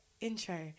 intro